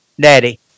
daddy